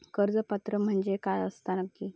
कर्ज पात्र म्हणजे काय असता नक्की?